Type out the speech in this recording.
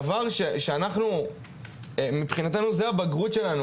וזה הבגרות שלנו.